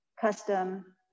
custom